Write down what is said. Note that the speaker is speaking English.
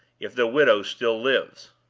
if the widow still lives.